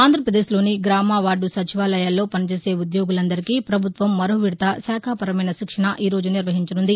ఆంధ్రప్రదేశ్లోని గ్రామ వార్డు సచివాలయాల్లో పనిచేసే ఉద్యోగులందరికీ ప్రభుత్వం మరో విడత శాఖాపరమైన శిక్షణ ఈరోజు నిర్వహించనుంది